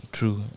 True